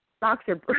boxer